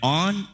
on